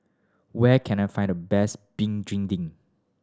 where can I find the best Begedil